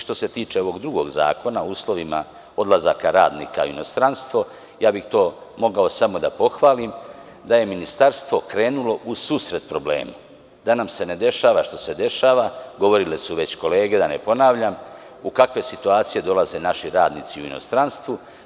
Što se tiče ovog drugog Zakona o uslovima odlazaka radnika u inostranstvo ja bih to mogao samo da pohvalim da je Ministarstvo krenulo u susret problemu da nam se ne dešava što se dešava, govorile su već kolege da ne ponavljam u kakve situacije dolaze naši radnici u inostranstvu.